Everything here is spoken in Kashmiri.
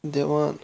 دِوان